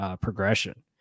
progression